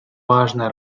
важная